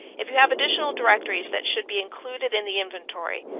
if you have additional directories that should be included in the inventory,